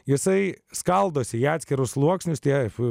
jisai skaldosi į atskirus sluoksnius taip